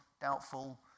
doubtful